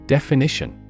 Definition